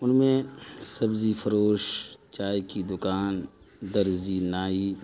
ان میں سبزی فروش چائے کی دکان درزی نائی